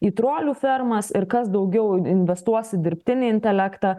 į trolių fermas ir kas daugiau investuos į dirbtinį intelektą